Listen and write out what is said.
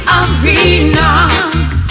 arena